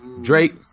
drake